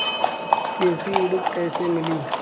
कृषि ऋण कैसे मिली?